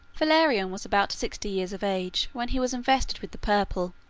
valerian was about sixty years of age when he was invested with the purple,